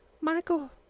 Michael